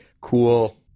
cool